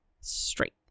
Straight